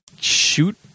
shoot